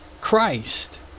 Christ